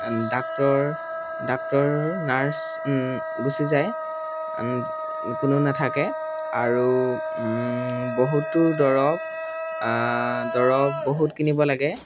doctor doctor nurse গুচি যায় কোনো নাথাকে আৰু বহুতো দৰৱ দৰৱ বহুত কিনিব লাগে